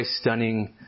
stunning